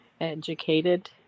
educated